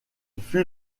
fut